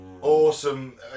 Awesome